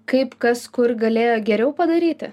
kaip kas kur galėjo geriau padaryti